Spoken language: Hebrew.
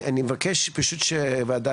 אני מבקש לדעת,